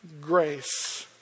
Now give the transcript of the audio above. grace